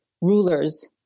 rulers